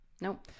Nope